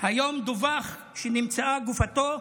היום דווח שנמצאה גופתו,